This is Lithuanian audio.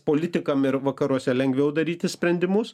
politikam ir vakaruose lengviau daryti sprendimus